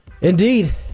Indeed